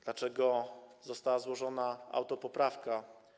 Dlaczego została złożona autopoprawka?